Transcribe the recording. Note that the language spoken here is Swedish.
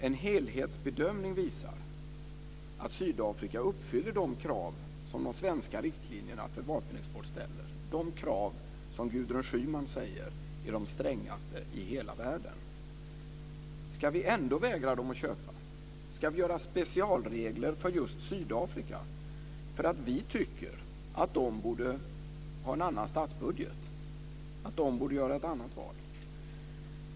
En helhetsbedömning visar att Sydafrika uppfyller de krav som ställs i de svenska riktlinjerna för vapenexport - de krav som Gudrun Schyman säger är de strängaste i hela världen. Ska vi ändå vägra Sydafrika att köpa av oss? Ska vi införa specialregler för just Sydafrika för att vi tycker att de borde ha en annan statsbudget, att de borde göra ett annat val?